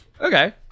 Okay